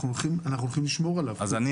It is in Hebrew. אנחנו הולכים לשמור עליו.